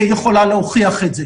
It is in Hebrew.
יכולה להוכיח את זה,